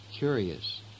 Curious